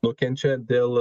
nukenčia dėl